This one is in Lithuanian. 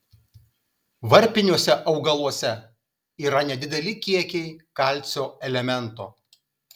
varpiniuose augaluose yra nedideli kiekiai kalcio elemento